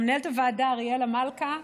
למנהלת הוועדה אריאלה מלכה.